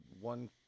one